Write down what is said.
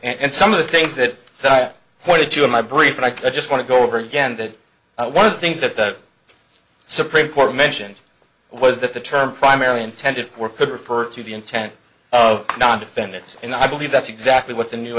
and some of the things that i pointed to in my brief and i just want to go over again that one of the things that the supreme court mentioned was that the term primarily intended were could refer to the intent of non defendants and i believe that's exactly what the new